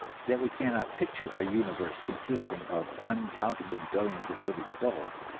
that we cannot picture a universe consisting of uncountable billions of living souls,